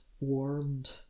warmed